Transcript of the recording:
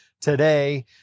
today